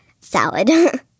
salad